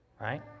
right